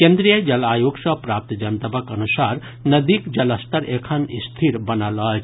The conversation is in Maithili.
केन्द्रीय जल आयोग सॅ प्राप्त जनतबक अनुसार नदीक जलस्तर एखन स्थिर बनल अछि